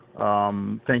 Thank